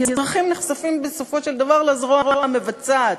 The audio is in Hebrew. כי אזרחים נחשפים בסופו של דבר לזרוע המבצעת.